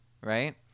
Right